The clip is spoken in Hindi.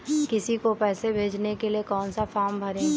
किसी को पैसे भेजने के लिए कौन सा फॉर्म भरें?